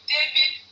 David